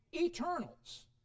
eternals